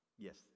Yes